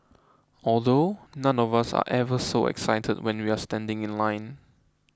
although none of us are ever so excited when we're standing in line